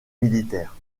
militaire